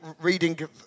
reading